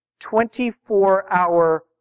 24-hour